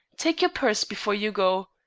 take your purse before you go.